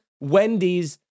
Wendy's